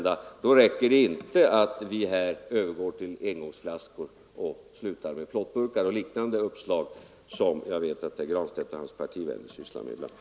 Då räcker det inte med att vi slutar med engångsflaskor och plåtburkar eller liknande uppslag, som jag vet att herr Granstedt och hans partivänner sysslar med ibland.